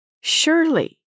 surely